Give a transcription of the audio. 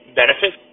benefit